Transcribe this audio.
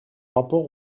rapport